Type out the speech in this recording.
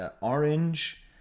orange